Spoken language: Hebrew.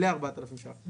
ל-4,000 שקלים.